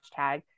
hashtag